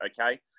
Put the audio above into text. okay